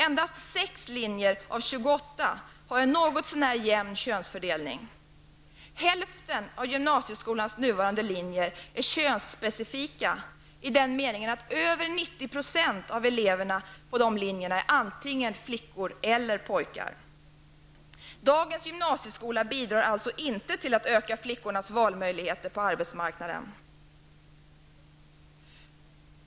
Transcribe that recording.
Endast 6 linjer av 28 har en något så när jämn könsfördelning. Hälften av gymnasieskolans nuvarande linjer är könsspecifika i den meningen att över 90 % av eleverna är antingen flickor eller pojkar. Dagens gymnasieskola bidrar alltså inte till att öka flickornas valmöjligheter på arbetsmarknaden.